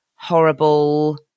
horrible